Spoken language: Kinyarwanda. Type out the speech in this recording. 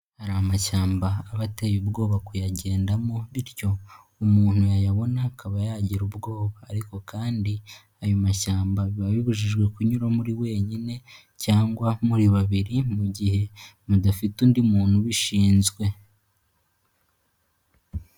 Hari amashyamba aba ateye ubwoba kuyagendamo bityo umuntu yayabona akaba yagira ubwoba ariko kandi ayo mashyamba biba bibujijwe kunyuramo uri wenyine cyangwa muri babiri mu gihe mudafite undi muntu ubishinzwe.